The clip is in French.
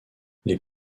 les